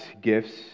gifts